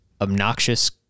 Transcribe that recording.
obnoxious